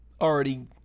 already